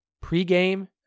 pre-game